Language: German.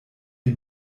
wie